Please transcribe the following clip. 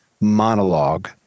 monologue